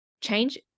change